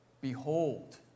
Behold